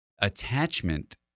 attachment